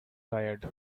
tired